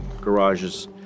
garage's